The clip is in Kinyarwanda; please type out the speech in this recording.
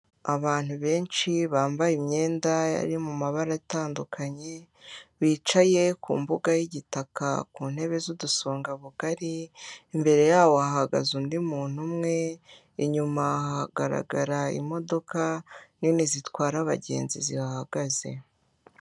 Abantu benshi bambaye imyenda iri mu mabara atandukanye, bicaye ku mbuga y'igitaka ku ntebe z'udusongabugari, imbere yabo hagaze undi muntu umwe, inyuma hagaragara imodoka nini zitwara abagenzi zihahagaze.